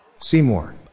Seymour